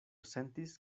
sentis